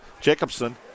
Jacobson